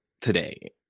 today